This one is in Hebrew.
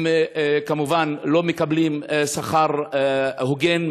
הם כמובן לא מקבלים שכר הוגן,